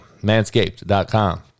Manscaped.com